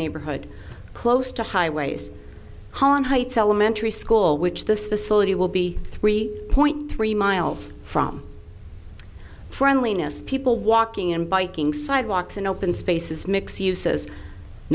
neighborhood close to highways holon heights elementary school which this facility will be three point three miles from friendliness people walking and biking sidewalks and open spaces mix uses